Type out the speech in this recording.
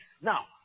Now